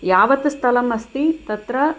यावत् स्थलम् अस्ति तत्र